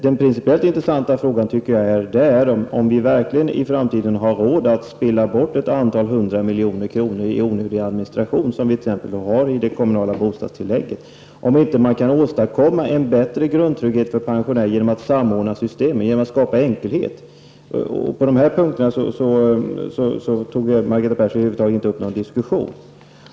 Den principiellt intressanta frågan är om vi verkligen i framtiden har råd att spela bort ett antal hundra miljoner i onödig administration, som vi t.ex. har när det gäller det kommunala bostadstillägget, om vi inte kan åstadkomma en bättre grundtrygghet för pensionärerna genom att samordna systemet och skapa enkelhet. På denna punkt tog Margareta Persson över huvud taget inte upp någon diskussion.